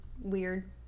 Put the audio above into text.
weird